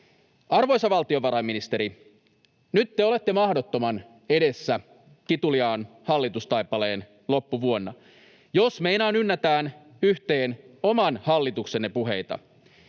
Arvoisa valtiovarainministeri, nyt te olette mahdottoman edessä kituliaan hallitustaipaleen loppuvuonna, jos meinaan ynnätään yhteen oman hallituksenne puheita.